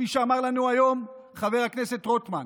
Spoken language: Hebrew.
כפי שאמר לנו היום חבר הכנסת רוטמן,